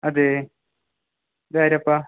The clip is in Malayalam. അതേ ഇതാരാപ്പാ